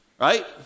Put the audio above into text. right